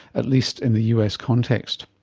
at least in the us context.